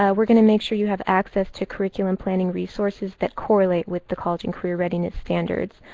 ah we're going to make sure you have access to curriculum planning resources that correlate with the college and career readiness standards.